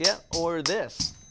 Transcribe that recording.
yeah or this